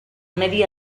medi